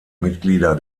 mitglieder